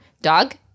Dog